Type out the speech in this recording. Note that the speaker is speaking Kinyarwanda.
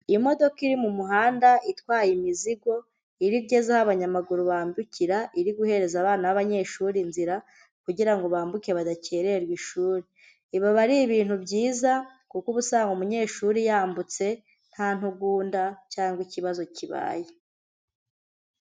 Imodoka iri mu muhanda itwaye imizigo, iyi igeze aho abanyamaguru bambukira iri guhereza abana b'abanyeshuri inzira kugira ngo bambuke badakererwa ishuri, ibi aba ari ibintu byiza kuko ubusanzwe umunyeshuri yambutse nta ntugunda cyangwa ikibazo kibaye.